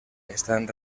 están